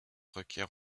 requiert